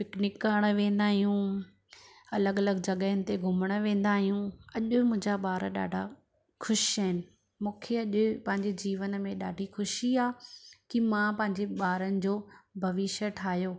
picnic करणु वेंदा आहियूं अलॻि अलॻि जॻहियुनि ते घुमणु वेंदा आहियूं अॼु मुंहिंजा ॿार ॾाढा ख़ुश आहिनि मूंखे अॼु पंहिंजे जीवन में ॾाढी ख़ुशी आहे की मां पंहिंजी ॿारनि जो भविष्य ठाहियो